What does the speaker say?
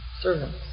servants